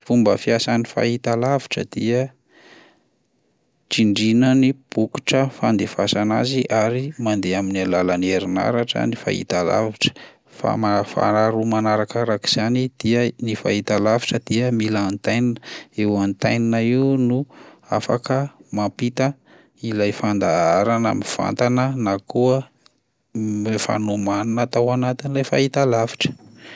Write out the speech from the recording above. Fomba fiasan'ny fahitalavitra dia: tsindriana ny bokotra fandefasana azy ary mandeha amin'ny alalan'ny herinaratra ny fahitalavitra, fama- faharoa manarakarak'izany dia ny fahitalavitra dia mila antenne, io antenne io no afaka mampita ilay fandaharana mivantana na koa efa nomanina tao anatin'ilay fahitalavitra.